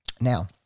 Now